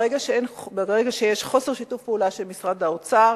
ברגע שיש חוסר שיתוף פעולה של משרד האוצר,